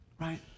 Right